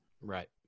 Right